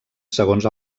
segons